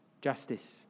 justice